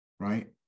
Right